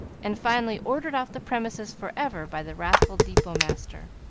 and finally ordered off the premises forever by the wrathful depot-master.